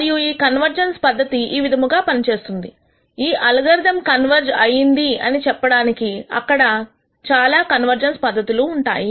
మరియు ఈ కన్వర్జెన్స్ పద్ధతి ఈ విధముగా పనిచేస్తుంది ఈ అల్గారిథం కన్వర్జ్ అయింది అని చెప్పడానికి అక్కడ అ చాలా కన్వర్జెన్స్ పద్ధతులు ఉంటాయి